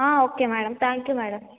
okay madam thank you madam